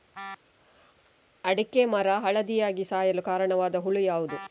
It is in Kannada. ಅಡಿಕೆ ಮರ ಹಳದಿಯಾಗಿ ಸಾಯಲು ಕಾರಣವಾದ ಹುಳು ಯಾವುದು?